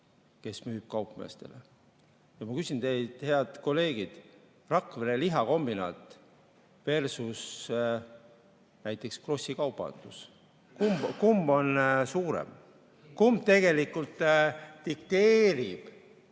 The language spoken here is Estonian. kes müüb kaupmeestele. Ma küsin teilt, head kolleegid: Rakvere lihakombinaatversusnäiteks Grossi kaubandus, kumb on suurem, kumb tegelikult dikteerib